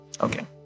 Okay